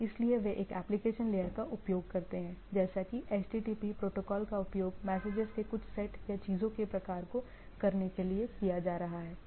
इसलिए वे एक एप्लिकेशन लेयर का उपयोग करते हैं जैसे कि HTTP प्रोटोकॉल का उपयोग मैसेजेस के कुछ सेट या चीजों के प्रकार को करने के लिए किया जा रहा है राइट